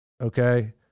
Okay